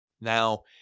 Now